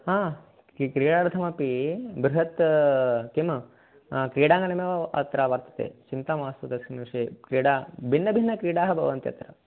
हा कि क्रीडार्थमपि बृहत् किं क्रीडाङ्गणमेव अत्र वर्तते चिन्ता मास्तु तस्मिन् क्रिडा भिन्नभिन्न क्रीडाः भवन्ति अत्र